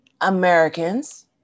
Americans